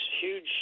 huge